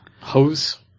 hose